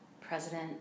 president